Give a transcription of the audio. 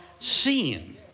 seen